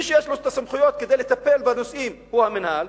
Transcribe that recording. מי שיש לו הסמכויות לטפל בנושאים הוא המינהל.